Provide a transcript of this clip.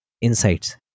insights